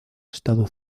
estado